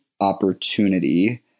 opportunity